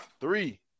Three